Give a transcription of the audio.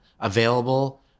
available